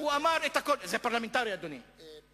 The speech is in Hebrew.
זה פרלמנטרי, אדוני.